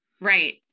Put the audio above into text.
Right